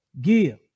Give